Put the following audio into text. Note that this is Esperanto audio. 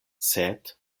sed